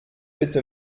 bitte